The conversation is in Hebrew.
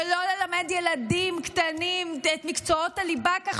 של לא ללמד ילדים קטנים את מקצועות הליבה כך